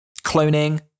cloning